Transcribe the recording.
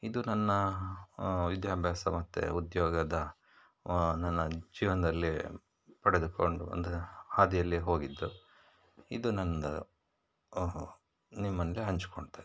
ಇದು ನನ್ನ ವಿದ್ಯಾಭ್ಯಾಸ ಮತ್ತು ಉದ್ಯೋಗದ ನನ್ನ ಜೀವನದಲ್ಲಿ ಪಡೆದುಕೊಂಡು ಅಂದರೆ ಹಾದಿಯಲ್ಲಿ ಹೋಗಿದ್ದು ಇದು ನಂದು ನಿಮ್ಮಲ್ಲಿ ಹಂಚ್ಕೊಳ್ತಾಯಿದ್ದೀನಿ